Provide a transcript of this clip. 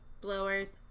blowers